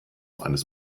eines